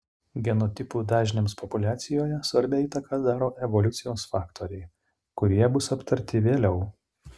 genotipų dažniams populiacijoje svarbią įtaką daro evoliucijos faktoriai kurie bus aptarti vėliau